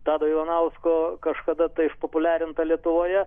tado ivanausko kažkada tai išpopuliarinta lietuvoje